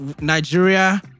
Nigeria